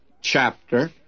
chapter